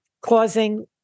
causing